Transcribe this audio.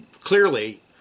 clearly